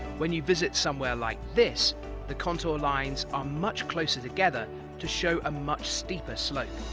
when you visit somewhere like this the contour lines are much closer together to show a much steeper slope